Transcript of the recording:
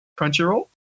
Crunchyroll